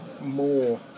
more